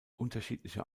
unterschiedliche